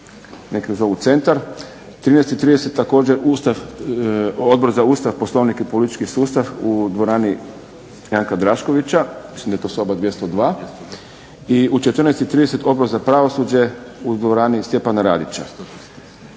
neki zovu centar. 13,30 također Odbor za Ustav, Poslovnik i politički sustav u dvorani Janka Draškovića. Mislim da je to soba 202. I u 14,30 Odbor za pravosuđe u dvorani Stjepana Radića,